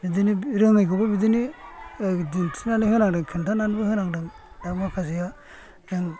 बिदिनो रोङैखौबो बिदिनो दिनथिनानै होनांदों खोनथानानबो होनांदों दा माखासेया